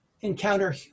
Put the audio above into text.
encounter